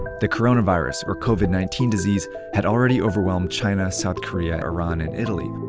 the coronavirus, or covid nineteen, disease had already overwhelmed china, south korea, iran, and italy.